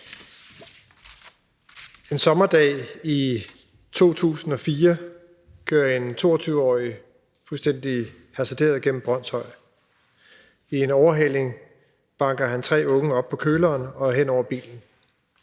En sommerdag i 2004 kører en 22-årig fuldstændig hasarderet gennem Brønshøj. I en overhaling banker han tre unge op på køleren og hen over bilen.